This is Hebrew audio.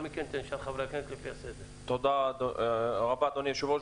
תודה רבה, אדוני היושב-ראש.